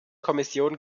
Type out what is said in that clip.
kommission